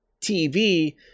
tv